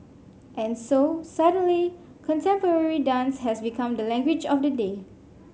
and so suddenly contemporary dance has become the language of the day